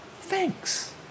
thanks